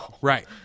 Right